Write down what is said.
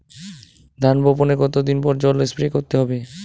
ধান বপনের কতদিন পরে জল স্প্রে করতে হবে?